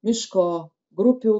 miško grupių